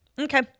Okay